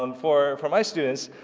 um for for my students,